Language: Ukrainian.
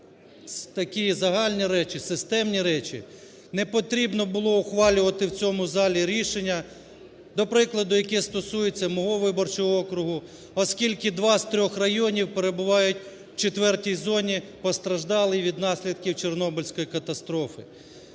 такі загальні речі, системні речі. Не потрібно було ухвалювати в цьому залі рішення, до прикладу, яке стосується мого виборчого округу, оскільки два з трьох районів перебувають в четвертій зоні постраждалій від наслідків Чорнобильської катастрофи.